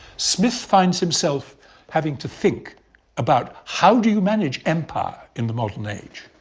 smith finds himself having to think about, how do you manage empire in the modern age?